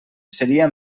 seria